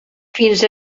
fins